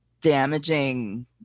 damaging